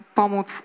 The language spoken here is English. pomóc